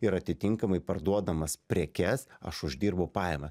ir atitinkamai parduodamas prekes aš uždirbu pajama